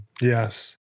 Yes